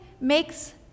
makes